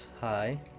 Hi